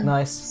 Nice